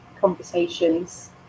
conversations